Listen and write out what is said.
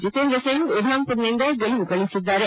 ಜಿತೇಂದ್ರ ಸಿಂಗ್ ಉಧಾಂಪುರ್ನಿಂದ ಗೆಲುವುಗಳಿಸಿದ್ದಾರೆ